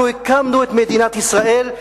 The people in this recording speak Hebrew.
אנחנו הקמנו את מדינת ישראל,